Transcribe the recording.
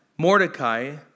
Mordecai